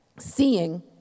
Seeing